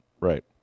right